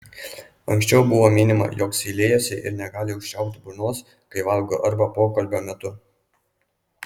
anksčiau buvo minima jog seilėjasi ir negali užčiaupti burnos kai valgo arba pokalbio metu